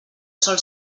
sol